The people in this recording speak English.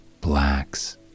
blacks